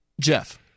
Jeff